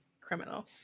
Criminal